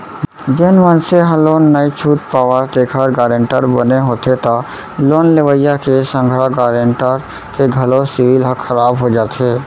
जेन मनसे ह लोन नइ छूट पावय तेखर गारेंटर बने होथे त लोन लेवइया के संघरा गारेंटर के घलो सिविल ह खराब हो जाथे